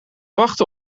wachten